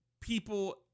people